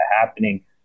happening